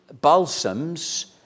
balsams